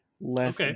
less